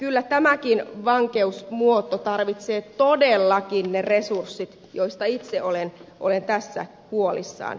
kyllä tämäkin vankeusmuoto tarvitsee todellakin ne resurssit joista itse olen tässä huolissani